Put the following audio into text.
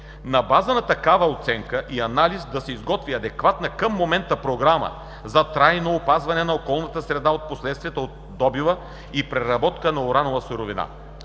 На базата на такава оценка и анализ да се изготви адекватна към момента програма за трайно опазване на околната среда от последствията от добива и преработка на уранова суровина.